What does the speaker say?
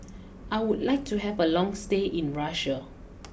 I would like to have a long stay in Russia